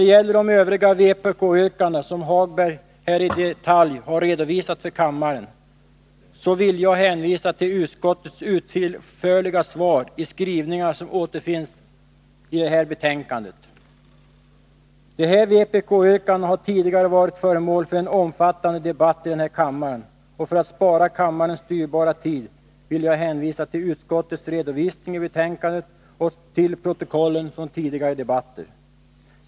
Beträffande de övriga vpk-yrkandena, som Lars-Ove Hagberg här i detalj har redovisat för kammaren, vill jag hänvisa till utskottets utförliga svar i de skrivningar som återfinns i detta betänkande. Dessa vpk-yrkanden har tidigare varit föremål för en omfattande debatt i kammaren, och för att spara kammarens dyrbara tid vill jag hänvisa till utskottets redovisning i betänkandet och till protokollen från tidigare debatter.